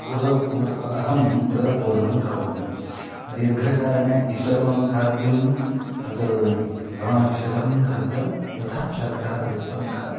उदरम् अहम् उदरपूर्णं करोमि दीर्घचारणे इष्टतमं खाद्यं तत् लवणं मिश्रितं खाद्यं तथा शर्करायुक्तं खाद्यं